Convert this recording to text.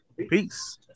Peace